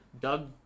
Doug